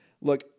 Look